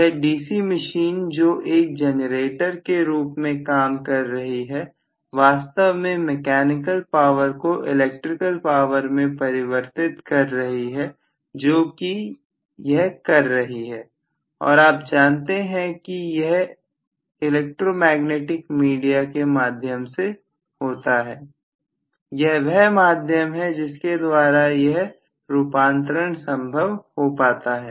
यह DC machine जो एक जनरेटर के रूप में काम कर रही है वास्तव में मैकेनिकल पावर को इलेक्ट्रिकल पावर में परिवर्तित कर रही है जो कि यह कर रही है और आप जानते हैं कि यह इलेक्ट्रोमैग्नेटिक मीडिया के माध्यम से होता है यह वह माध्यम है जिसके द्वारा यह रूपांतरण संभव हो पाता है